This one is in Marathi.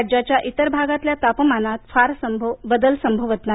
राज्याच्या इतर भागातल्या तापमानात फार बदल संभवत नाही